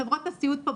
חברות הסיעוד פה,